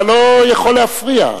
אתה לא יכול להפריע.